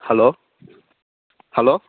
hello hello